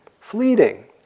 Fleeting